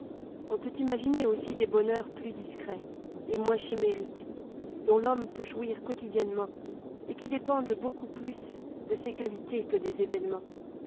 on peut imaginer aussi des bonheurs plus discrets et moins chimériques dont l'homme peut jouir quotidiennement et qui dépendent beaucoup plus de ses qualités que des événements